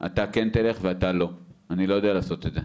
אתה כן תלך ואתה לא, אני לא יודע לעשות את זה.